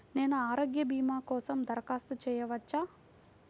నేను ఆరోగ్య భీమా కోసం దరఖాస్తు చేయవచ్చా?